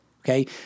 Okay